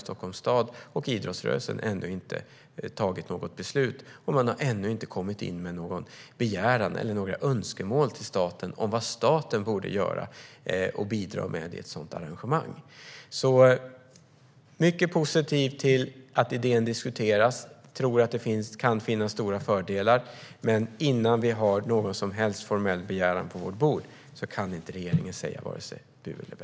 Stockholms stad och idrottsrörelsen har ännu inte tagit något beslut, och man har ännu inte kommit in med någon begäran eller några önskemål till staten om vad staten borde göra och bidra med vid ett sådant arrangemang. Jag är alltså mycket positiv till att idén diskuteras. Jag tror att det kan finnas stora fördelar, men innan vi har någon som helst formell begäran på vårt bord kan regeringen varken säga bu eller bä.